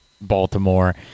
Baltimore